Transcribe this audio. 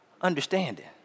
understanding